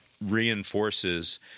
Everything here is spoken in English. reinforces